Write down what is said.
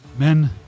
Men